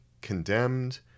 condemned